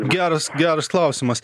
geras geras klausimas